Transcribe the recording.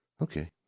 okay